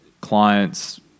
client's